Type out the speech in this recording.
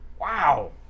Wow